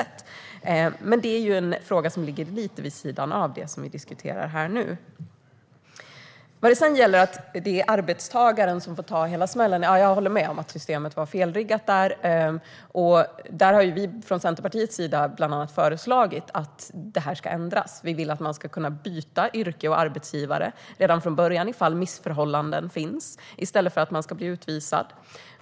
Men det är en fråga som ligger lite grann vid sidan av det som vi diskuterar här nu. När det gäller att det är arbetstagaren som får ta hela smällen håller jag med om att systemet var felriggat där. Vi från Centerpartiet har därför bland annat föreslagit att detta ska ändras. Vi vill att man ska kunna byta yrke och arbetsgivare redan från början om missförhållanden finns, i stället för att man ska bli utvisad.